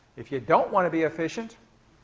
if you don't want to be efficient,